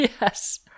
Yes